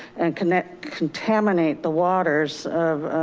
and connect contaminate the waters of